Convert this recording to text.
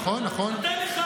נכון, נכון.